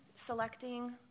selecting